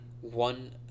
One